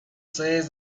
says